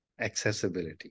accessibility